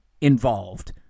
involved